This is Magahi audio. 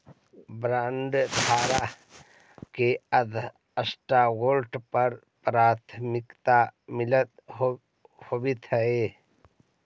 बॉन्डधारक के स्टॉकहोल्डर्स पर प्राथमिकता होवऽ हई